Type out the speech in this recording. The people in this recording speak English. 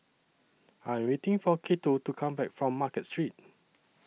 I Am waiting For Cato to Come Back from Market Street